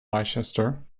leicester